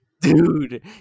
Dude